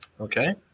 okay